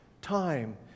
time